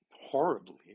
horribly